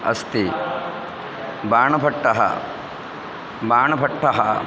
अस्ति बाणभट्टः बाणभट्टः